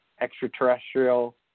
extraterrestrial